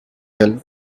hill